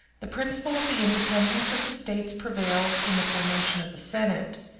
the principle of the independence of the states prevailed in the formation of the senate,